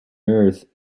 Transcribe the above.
earth